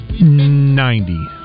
Ninety